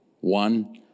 one